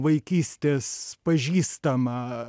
vaikystės pažįstama